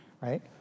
right